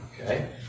okay